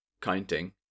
counting